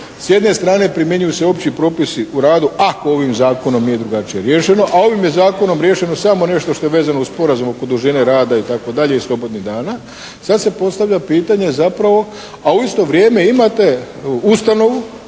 s jedne strane primjenjuju se opći propisi u radu ako ovim Zakonom nije drugačije riješeno, a ovim je Zakonom riješeno samo nešto što je vezano uz sporazum oko dužine rada itd. i slobodnih dana. Sad se postavlja pitanje zapravo, a u isto vrijeme imate ustanovu